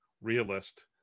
realist